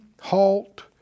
halt